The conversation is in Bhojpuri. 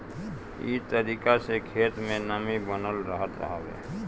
इ तरीका से खेत में नमी बनल रहत हवे